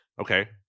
okay